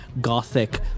gothic